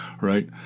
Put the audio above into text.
right